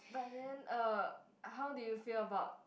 but then uh how do you feel about